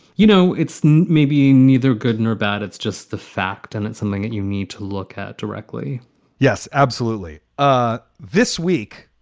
you know, it's maybe neither good nor bad. it's just the fact and it's something that you need to look at directly yes, absolutely. ah this week,